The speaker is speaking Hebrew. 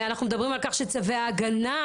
אנחנו מדברים כך שצווי ההגנה,